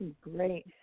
Great